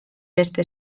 beste